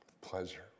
pleasure